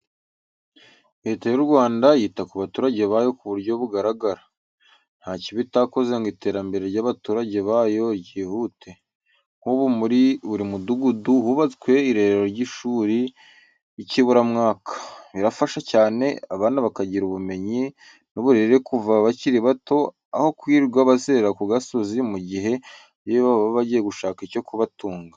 Leta y'u Rwanda yita ku baturage bayo mu buryo bugaragara, ntacyo iba itakoze ngo iterambere ry'abaturage bayo ryihute. Nk'ubu muri buri mudugudu hubatswe irerero n'ishuri ry'ikiburamwaka, birafasha cyane, abana bakagira ubumenyi n'uburere kuva bakiri bato aho kwirirwa bazerera ku gasozi, mu gihe ababyeyi babo bagiye gushaka ibyo kubatunga.